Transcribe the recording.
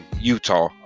Utah